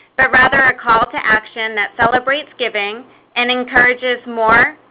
but rather a call to action that celebrates giving and encourages more,